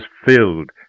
filled